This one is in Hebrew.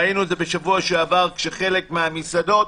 ראינו את זה בשבוע שעבר כשחלק מהמסעדות